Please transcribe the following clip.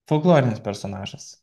folklorinis personažas